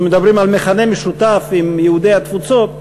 אנחנו מדברים על מכנה משותף עם יהודי התפוצות.